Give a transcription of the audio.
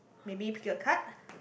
maybe pick a card